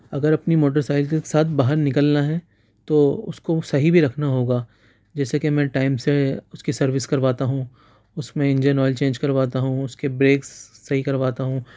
اگر اپنی motorcycle کے ساتھ باہر نکلنا ہے تو اس کو صحیح بھی رکھنا ہوگا جیسے کہ میں ٹائم سے اس کی سروس کرواتا ہوں اس میں انجن آئل چینج کرواتا ہوں اس کے بریکس صحیح کرواتا ہوں